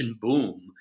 boom